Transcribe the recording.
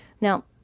Now